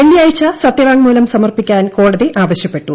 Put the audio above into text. വെള്ളിയാഴ്ച സത്യവാങ്മൂലം സമർപ്പിക്കാൻ കോടതി ആവശ്യപ്പെട്ടു